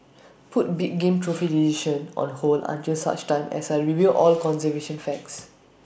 put big game trophy decision on hold until such time as I review all conservation facts